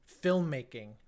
filmmaking